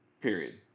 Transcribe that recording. period